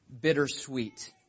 Bittersweet